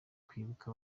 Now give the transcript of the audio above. kwibuka